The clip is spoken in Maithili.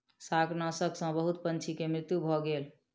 शाकनाशक सॅ बहुत पंछी के मृत्यु भ गेल